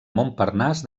montparnasse